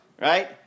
right